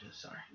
sorry